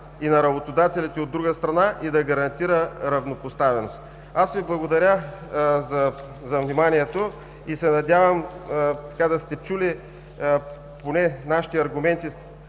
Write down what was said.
и на работодателите, от друга страна, и да гарантира равнопоставеност. Аз Ви благодаря за вниманието и се надявам да сте чули поне нашите аргументи,